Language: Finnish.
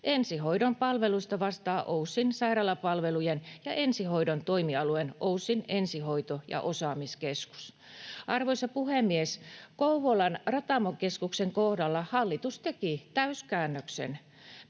Ensihoidon palveluista vastaa OYSin sairaalapalvelujen ja ensihoidon toimialueen OYSin ensihoito-osaamiskeskus. Arvoisa puhemies! Kouvolan Ratamokeskuksen kohdalla hallitus teki täyskäännöksen.